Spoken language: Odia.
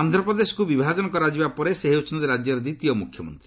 ଆନ୍ଧ୍ରପ୍ରଦେଶକ୍ର ବିଭାଜନ କରାଯିବା ପରେ ସେ ହେଉଛନ୍ତି ରାଜ୍ୟର ଦ୍ୱିତୀୟ ମୁଖ୍ୟମନ୍ତ୍ରୀ